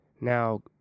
Now